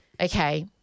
okay